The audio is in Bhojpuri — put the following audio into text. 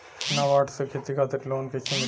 नाबार्ड से खेती खातिर लोन कइसे मिली?